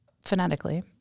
phonetically